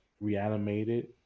reanimated